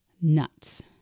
nuts